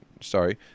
sorry